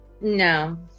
No